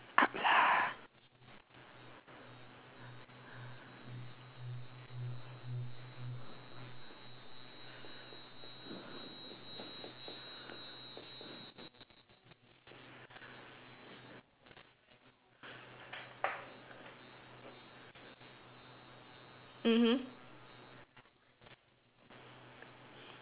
up lah